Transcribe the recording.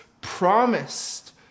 promised